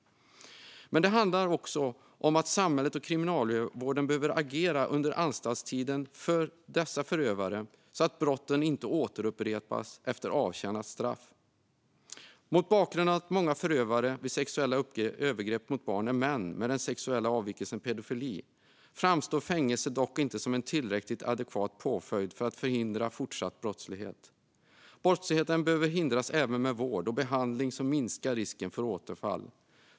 Men det handlar också om samhället och kriminalvården behöver agera under förövarnas anstaltstid så att brotten inte återupprepas efter avtjänat straff. Mot bakgrund av att många förövare vid sexuella övergrepp mot barn är män med den sexuella avvikelsen pedofili framstår fängelse dock inte som en tillräckligt adekvat påföljd för att förhindra fortsatt brottslighet. Brottsligheten behöver hindras även med vård och behandling som minskar risken för återfall.